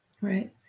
Right